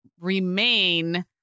remain